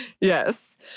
Yes